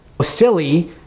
silly